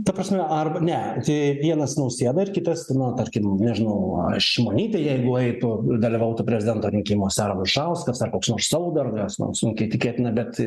ta prasme arba ne tai vienas nausėda ir kitas na tarkim nežinau ar šimonytė jei eitų ir dalyvautų prezidento rinkimuose anušauskas ar koks nors saudargas nu sunkiai tikėtina bet